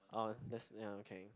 oh that's ya okay